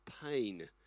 pain